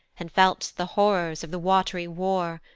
and felt'st the horrors of the wat'ry war,